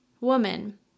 woman